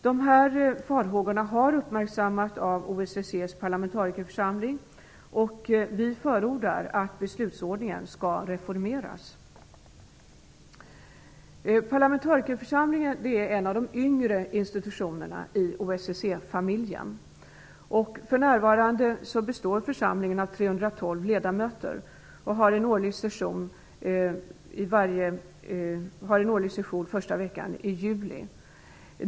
Dessa farhågor har uppmärksammats av OSSE:s parlamentarikerförsamling. Vi förordar att beslutsordningen reformeras. Parlamentarikerförsamlingen är en av de yngre institutionerna i OSSE-familjen. För närvarande består församlingen av 312 ledamöter. Man har årligen session första veckan i juli.